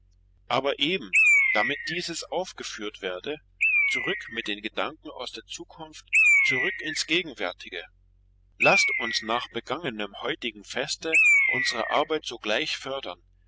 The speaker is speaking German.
aber eben damit dieses aufgeführt werde zurück mit den gedanken aus der zukunft zurück ins gegenwärtige laßt uns nach begangenem heutigem feste unsre arbeit sogleich fördern